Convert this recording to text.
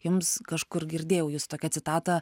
jums kažkur girdėjau jūsų tokią citatą